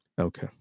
Okay